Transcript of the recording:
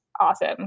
awesome